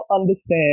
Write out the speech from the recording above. understand